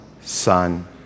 son